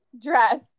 dress